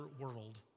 world